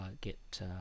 get